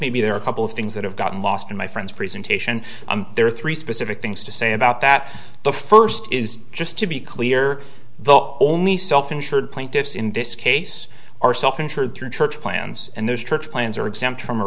maybe there are a couple of things that have gotten lost in my friend's presentation there are three specific things to say about that the first is just to be clear the only self insured plaintiffs in this case are self insured through church plans and those church plans are exempt from